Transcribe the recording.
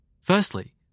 Firstly